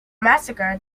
massacre